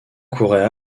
couraient